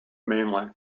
mainly